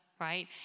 right